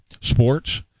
sports